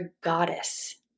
goddess